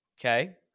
Okay